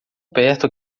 perto